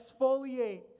exfoliate